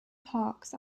parks